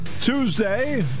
Tuesday